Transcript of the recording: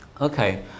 Okay